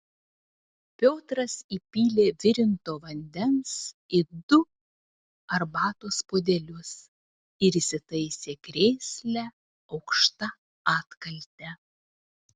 piotras įpylė virinto vandens į du arbatos puodelius ir įsitaisė krėsle aukšta atkalte